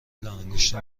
لاانگشتی